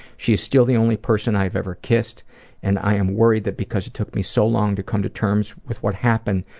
she's still the only person i have ever kissed and i am worried because it took me so long to come to terms with what happened,